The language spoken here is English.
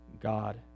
God